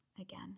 again